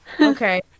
Okay